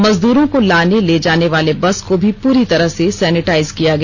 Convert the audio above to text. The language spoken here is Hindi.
मजदूरों को लाने ले जाने वाले बस को भी पूरी तरह से सैनिटाइज किया गया